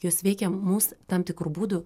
jos veikia mus tam tikru būdu